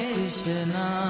Krishna